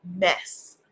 mess